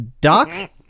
doc